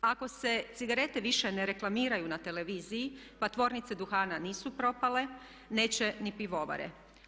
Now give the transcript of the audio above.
Ako se cigarete više ne reklamiraju na televiziji pa tvornice duhana nisu propale neće ni pivovare.